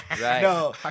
No